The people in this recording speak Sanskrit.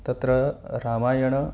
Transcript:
तत्र रामायणम्